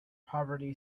poverty